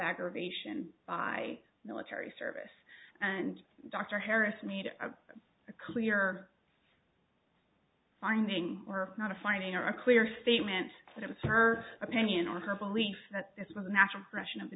aggravation by military service and dr harris made a clear finding or not a finding or a clear statement that it was her opinion or her belief that this was a natural progression of the